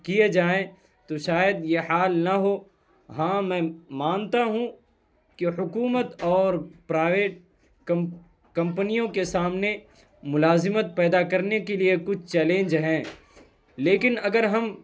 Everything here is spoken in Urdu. کیے جائیں تو شاید یہ حال نہ ہو ہاں میں مانتا ہوں کہ حکومت اور پرائیویٹ کمپنیوں کے سامنے ملازمت پیدا کرنے کے لیے کچھ چیلنج ہیں لیکن اگر ہم